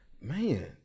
Man